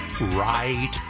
right